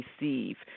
receive